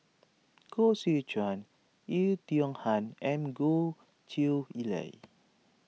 Koh Seow Chuan Oei Tiong Ham and Goh Chiew Lye